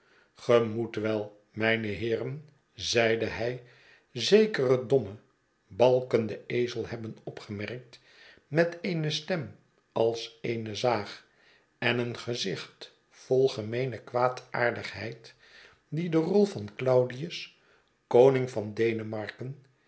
moet wel mijne heeren zeide hij zekeren dommen balkenden ezel hebben opgemerkt met eene stem als eene zaag en een gezicht vol gemeene kwaadaardigheid die de rol van claudius koning van denemarken